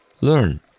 learn